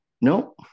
Nope